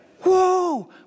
whoa